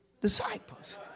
disciples